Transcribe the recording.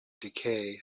decay